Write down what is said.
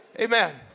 amen